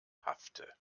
paffte